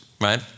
right